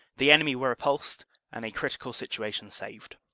the enemy were repulsed and a critical situation saved.